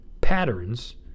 patterns